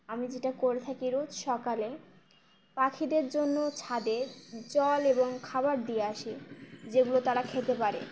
আমি যেটা করে থাকি রোজ সকালে পাখিদের জন্য ছাদে জল এবং খাবার দিয়ে আসি যেগুলো তারা খেতে পারে